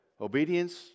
Obedience